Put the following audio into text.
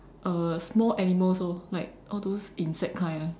uh small animals orh like all those insect kind ah